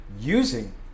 using